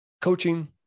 coaching